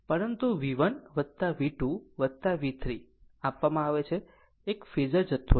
પરંતુ V1 V2 V3 આપવામાં આવે છે તે એક ફેઝર જથ્થો છે